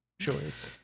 choice